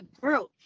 group